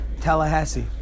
Tallahassee